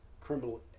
criminal